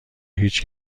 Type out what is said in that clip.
هیچ